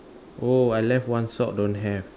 oh I left one sock don't have